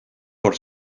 por